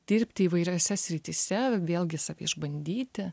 dirbti įvairiose srityse vėlgi sek išbandyti